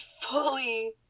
fully